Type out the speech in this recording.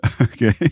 Okay